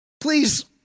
Please